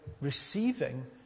receiving